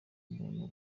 umuntu